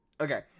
Okay